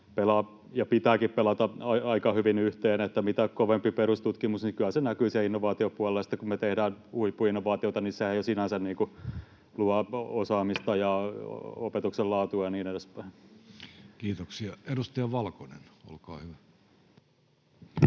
pitääkin pelata, aika hyvin yhteen. Mitä kovempaa perustutkimus on, kyllä se näkyy siellä innovaatiopuolella, ja sitten kun me tehdään huippuinnovaatioita, niin sehän jo sinänsä luo osaamista ja opetuksen laatua ja niin edespäin. Kiitoksia. — Edustaja Valkonen, olkaa hyvä.